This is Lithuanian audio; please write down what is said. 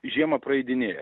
žiemą praeidinėja